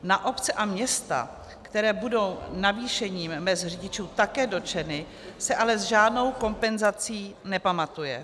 Na obce a města, které budou navýšením mezd řidičů také dotčeny, se ale s žádnou kompenzací nepamatuje.